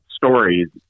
stories